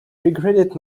regretted